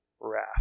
wrath